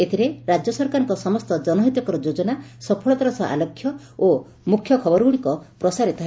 ଏଥିରେ ରାଜ୍ୟ ସରକାରଙ୍କ ସମସ୍ତ ଜନହିତକର ଯୋଜନା ସଫଳତାର ଆଲେଖ୍ୟ ଓ ମୁଖ୍ୟ ଖବରଗୁଡ଼ିକ ପ୍ରସାରିତ ହେବ